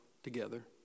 Together